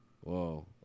Whoa